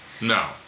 No